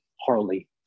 Harley